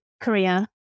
Korea